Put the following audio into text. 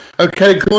Okay